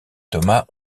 thomas